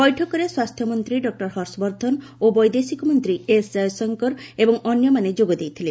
ବୈଠକରେ ସ୍ୱାସ୍ଥ୍ୟମନ୍ତ୍ରୀ ଡକ୍ଟର ହର୍ଷବର୍ଦ୍ଧନ ଓ ବୈଦେଶିକ ମନ୍ତ୍ରୀ ଏସ୍ ଜୟଶଙ୍କର ଏବଂ ଅନ୍ୟମାନେ ଯୋଗ ଦେଇଥିଲେ